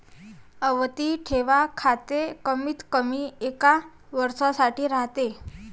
आवर्ती ठेव खाते कमीतकमी एका वर्षासाठी राहते